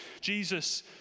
Jesus